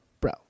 bro